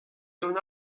dont